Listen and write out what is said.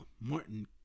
Martin